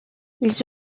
ils